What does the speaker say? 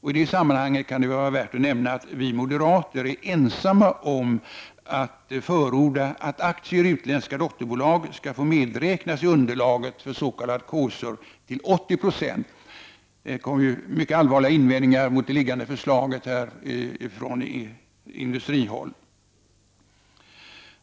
I det sammanhanget kan det vara värt att nämna att vi moderater är ensamma om att förorda att aktier i utländska dotterbolag skall få medräknas i underlagen för s.k. K-SURV till 80 96. Det kom ju mycket allvarliga invändningar mot det liggande förslaget från industrihåll.